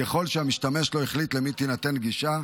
ככל שהמשתמש לא החליט למי תינתן גישה.